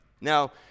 Now